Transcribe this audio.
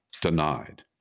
denied